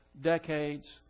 Decades